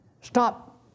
stop